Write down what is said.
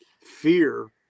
fear